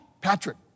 Patrick